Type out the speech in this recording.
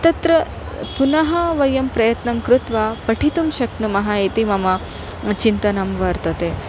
तत्र पुनः वयं प्रयत्नं कृत्वा पठितुं शक्नुमः इति मम चिन्तनं वर्तते